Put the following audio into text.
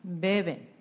Beben